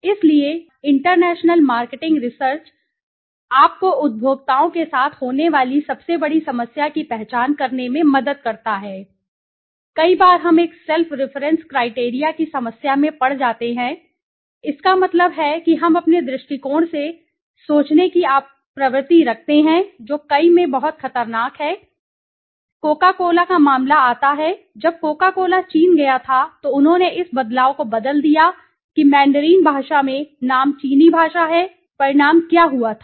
इसलिए international marketing research आपको उपभोक्ताओं के साथ होने वाली सबसे बड़ी समस्या की पहचान करने में मदद करता है कई बार हम एक सेल्फ रिफरेन्स क्राइटेरिया की समस्या में पड़ जाते हैं इसका मतलब है कि हम अपने दृष्टिकोण से सोचने की प्रवृत्ति रखते हैं जो कई में बहुत खतरनाक है मामलों में कोका कोला का मामला आता है जब कोका कोला चीन गया था तो उन्होंने इस बदलाव को बदल दिया कि मैंडरिन भाषा में नाम चीनी भाषा है परिणाम क्या हुआ यह था